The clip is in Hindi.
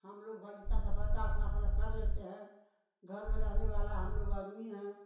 हमलोग भाई जितना सपरता है उतना अपना कर लेते हैं घर में रहने वाला हमलोग आदमी हैं